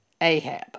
Ahab